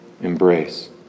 embrace